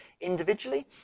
individually